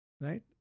right